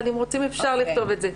אם רוצים אפשר לכתוב את זה.